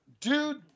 Dude